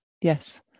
yes